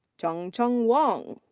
chengcheng wang.